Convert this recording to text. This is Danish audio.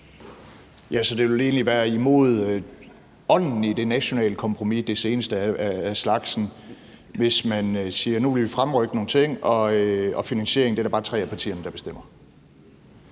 Så det vil egentlig være mod ånden i det nationale kompromis – det seneste af slagsen – hvis man siger: Nu vil vi fremrykke nogle ting, og finansieringen er der bare tre af partierne, der bestemmer.